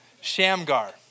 Shamgar